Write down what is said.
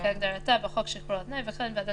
כהגדרתה בחוק שחרור על-תנאי וכן ועדת